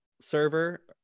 server